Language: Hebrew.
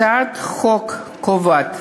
הצעת החוק קובעת